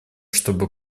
чтобы